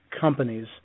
companies